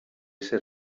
ser